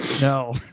No